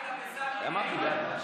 ועאידה וסמי נגד.